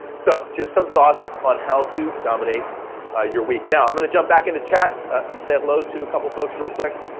so just some thoughts on how to dominate your week. now, i'm gonna jump back into chat and say hello to a couple folks real quick.